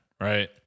Right